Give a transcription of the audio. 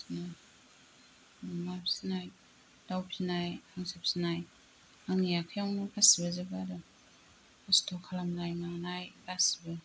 अमा फिनाय दाउ फिनाय हांसो फिनाय आंनि आखायावनो गासिबोजोब आरो खस्थ' खालामनाय मानाय गासिबो